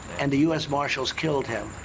and the u s. marshals killed him.